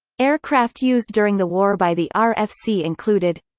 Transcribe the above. aircraft used during the war by the ah rfc included